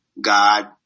God